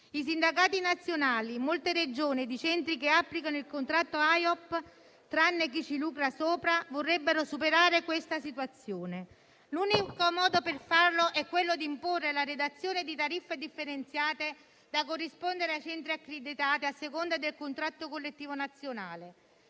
I sindacati nazionali in molte Regioni e i centri che applicano il contratto AIOP, tranne chi ci lucra sopra, vorrebbero superare questa situazione. L'unico modo per farlo è imporre la redazione di tariffe differenziate, da corrispondere ai centri accreditati a seconda del contratto collettivo nazionale.